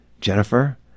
Jennifer